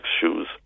shoes